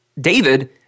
David